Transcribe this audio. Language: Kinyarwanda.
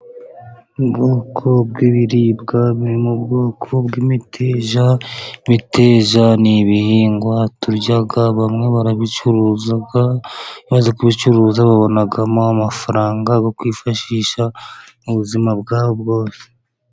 Ubwoko bw'ibiribwa biri mu bwoko bw'imiteja. Imiteja ni ibihingwa turya, bamwe barabicuruza, bamaze kubicuruza babonamo amafaranga yo kwifashisha mu buzima bwabo bwose.